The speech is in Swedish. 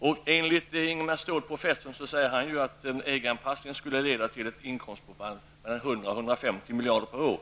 Professor Ingemar Ståhl säger att en EG anpassning skulle leda till ett inkomstbortfall om 100--150 miljarder per år.